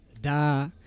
Da